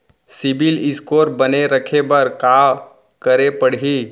CIBIL score बने रखे बर का करे पड़ही?